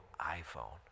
iPhone